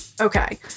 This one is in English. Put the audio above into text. Okay